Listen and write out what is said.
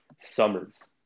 Summers